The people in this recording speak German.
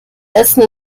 essen